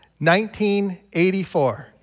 1984